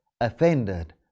offended